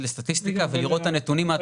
הסטטיסטיקה ולראות את הנתונים העדכניים.